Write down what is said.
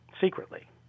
secretly